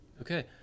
Okay